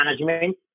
management